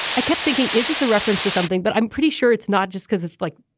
i kept thinking is this a reference to something but i'm pretty sure it's not just because it's like